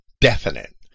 definite